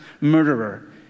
murderer